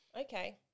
Okay